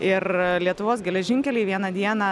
ir lietuvos geležinkeliai vieną dieną